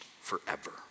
forever